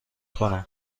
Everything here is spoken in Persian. کنم